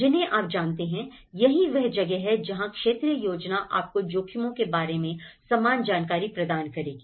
जिन्हें आप जानते हैं यही वह जगह है जहां क्षेत्रीय योजना आपको जोखिमों के बारे में समान जानकारी प्रदान करेगी